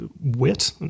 wit